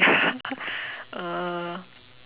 uh